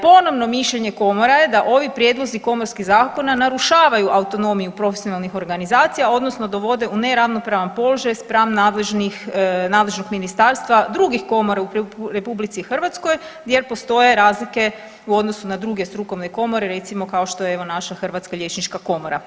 Ponovno mišljenje komora je da ovi prijedlozi komorskih zakona narušavaju autonomiju profesionalnih organizacija, odnosno dovode u neravnopravan položaj spran nadležnog ministarstva, drugih komora u RH jer postoje razlike u odnosu na druge strukovne komore, recimo, kao što je, evo, naša Hrvatska liječnička komora.